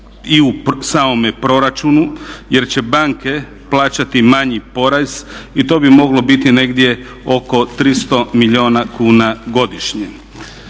i u samome proračunu jer će banke plaćati manji porez i to bi moglo biti negdje oko 300 milijuna kuna godišnje.